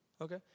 Okay